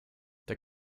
der